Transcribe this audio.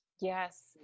Yes